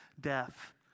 death